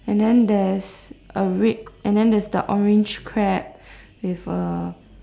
and then there's a red and then there's the orange crab with a